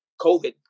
COVID